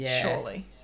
Surely